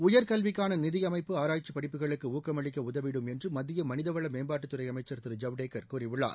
உயர் கல்விக்கான நிதியமைப்பு ஆராய்ச்சி படிப்புகளுக்கு ஊக்கமளிக்க உதவிடும் என்று மத்திய மனிதவள மேம்பாட்டுத்துறை அமைச்சர் திரு ஜவடேகர் கூறியுள்ளார்